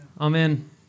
amen